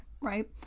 right